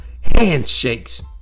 handshakes